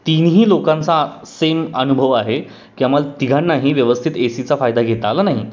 तिन्ही लोकांचा सेम अनुभव आहे की आम्हाला तिघांनाही व्यवस्थित ए सीचा फायदा घेता आला नाही